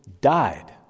died